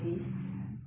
mm